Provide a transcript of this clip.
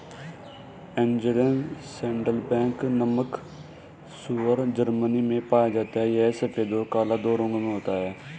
Angeln saddleback नामक सूअर Germany में पाया जाता है यह सफेद और काला दो रंगों में होता है